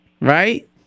Right